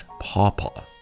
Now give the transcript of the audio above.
pawpaw